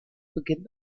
beginnt